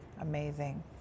Amazing